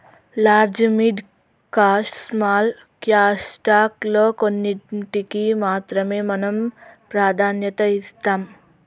large mid cash small cash stock లో కొన్నింటికీ మాత్రమే మనం ప్రాధాన్యత ఇస్తాం